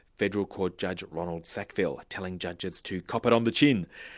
federal court judge, ronald sackville, telling judges to cop it on the chin.